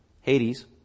Hades